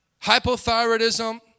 hypothyroidism